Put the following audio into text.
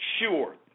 sure